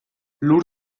lur